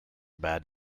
bad